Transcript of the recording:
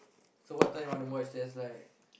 so what time you wanna watch there's like